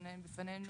בפנינו